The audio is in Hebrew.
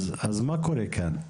אז מה קורה כאן?